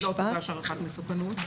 ואם לא תוגש הערכת מסוכנות לבית המשפט?